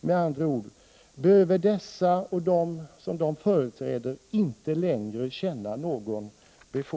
Med andra ord, behöver de handikappade och de som organisationerna företräder inte längre känna någon oro?